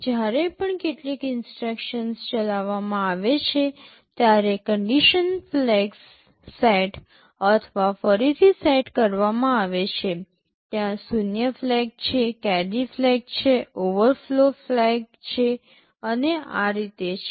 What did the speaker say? જ્યારે પણ કેટલીક ઇન્સટ્રક્શન્સ ચલાવવામાં આવે છે ત્યારે કંડિશન ફ્લેગ્સ સેટ અથવા ફરીથી સેટ કરવામાં આવે છે ત્યાં શૂન્ય ફ્લેગ છે કેરી ફ્લેગ છે overflow flag zero flag carry flag overflow flag છે અને આ રીતે છે